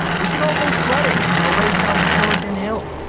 we should all go sledding and have a race down skeleton hill,